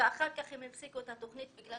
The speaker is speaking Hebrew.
ואחר כך הם הפסיקו את התוכנית בגלל